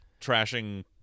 trashing